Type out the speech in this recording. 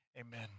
amen